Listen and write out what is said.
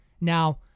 Now